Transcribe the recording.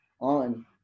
on